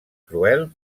cruel